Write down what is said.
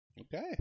Okay